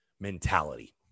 mentality